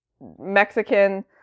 Mexican